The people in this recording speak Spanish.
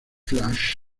flash